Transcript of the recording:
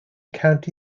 county